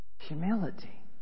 Humility